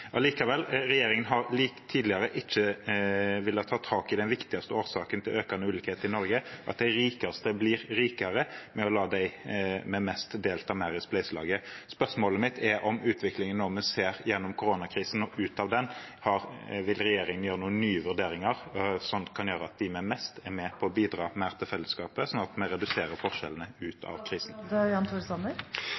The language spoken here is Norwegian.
Allikevel, regjeringen har tidligere ikke villet ta tak i den viktigste årsaken til økende ulikhet i Norge, at de rikeste blir rikere, ved å la de med mest delta mer i spleiselaget. Spørsmålet mitt gjelder utviklingen når vi ser gjennom koronakrisen og ut av den: Vil regjeringen gjøre noen nye vurderinger som kan gjøre at de med mest er med på å bidra mer til fellesskapet, slik at vi reduserer forskjellene ut